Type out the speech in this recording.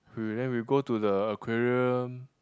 we when we go to the aquarium